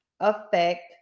Affect